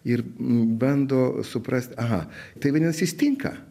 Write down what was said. ir bando suprasti aha tai vadinasi jis tinka